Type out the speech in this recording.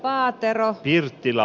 aatterotille tila